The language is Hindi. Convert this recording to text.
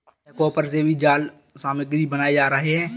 क्या कॉपर से भी जाल सामग्री बनाए जा रहे हैं?